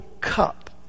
cup